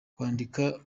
kwandika